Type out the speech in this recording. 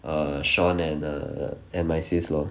err shaun and err and my sis lor